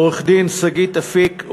עורכת-הדין שגית אפיק,